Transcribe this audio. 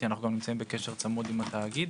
נמצאים בקשר צמוד עם התאגיד